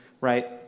right